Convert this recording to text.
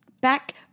Back